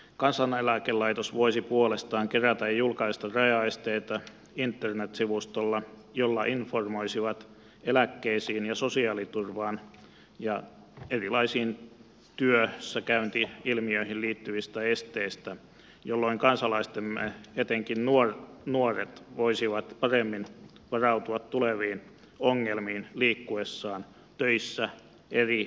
kansaneläkelaitos voisi puolestaan kerätä ja julkaista rajaesteitä internet sivustolla jolla informoisivat eläkkeisiin ja sosiaaliturvaan ja erilaisiin työssäkäynti ilmiöihin liittyvistä esteistä jolloin kansalaisemme etenkin nuoret voisivat paremmin varautua tuleviin ongelmiin liikkuessaan töissä eri pohjoismaissa